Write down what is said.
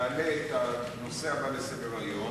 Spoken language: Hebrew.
תעלה את הנושא הבא לסדר-היום,